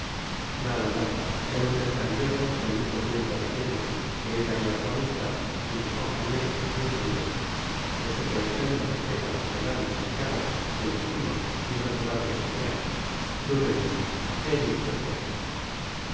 nada nada sea usted cariñoso y al mismo tiempo terrible que ella vea su amistad y que coja miedo mucho miedo yo sé que a usted le respeta más que a nadie santiago que le estima y es natural que así sea duro en ella pegue usted fuerte